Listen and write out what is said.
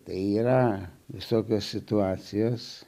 tai yra visokias situacijas